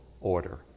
order